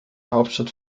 hauptstadt